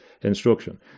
instruction